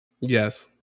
Yes